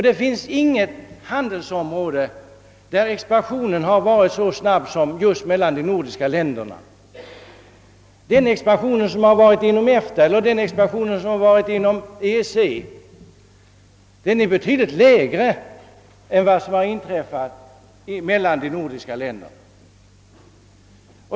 Det finns inget handelsområde där expansionen har varit så stark som just mellan de nordiska länderna. Den expansion som förekommit inom EFTA och EEC är betydligt mindre än mellan de nordiska länderna.